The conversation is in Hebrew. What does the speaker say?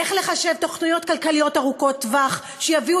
איך לחשב תוכניות כלכליות ארוכות טווח שיביאו